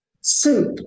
soup